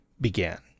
began